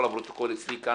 כל הפרוטוקול אצלי כאן.